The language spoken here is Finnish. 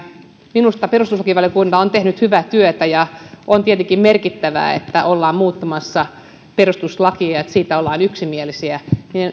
minusta perustuslakivaliokunta on tehnyt hyvää työtä ja on tietenkin merkittävää että kun ollaan muuttamassa perustuslakia siitä ollaan yksimielisiä